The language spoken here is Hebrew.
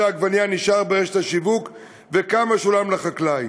העגבנייה נשאר ברשת השיווק וכמה שולם לחקלאי.